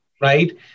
Right